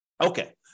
Okay